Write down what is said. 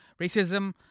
racism